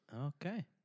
Okay